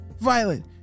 Violet